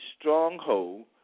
stronghold